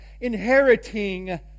inheriting